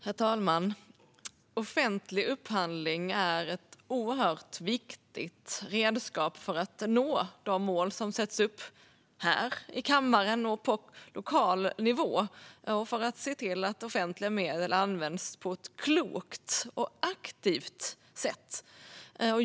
Herr talman! Offentlig upphandling är ett oerhört viktigt redskap för de mål som sätts upp här i kammaren och på lokal nivå så att offentliga medel används på ett klokt och aktivt sätt.